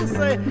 say